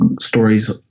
stories